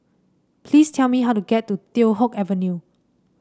please tell me how to get to Teow Hock Avenue